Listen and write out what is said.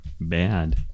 bad